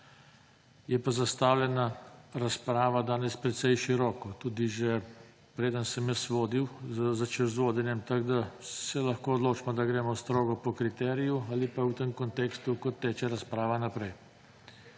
Je pa zastavljena razprava danes precej široko, tudi že preden sem jaz začel z vodenjem. Tako da se lahko odločimo, da gremo strogo po kriteriju ali pa v tem kontekstu, kot teče razprava naprej.